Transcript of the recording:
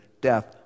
death